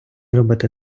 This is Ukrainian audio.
робити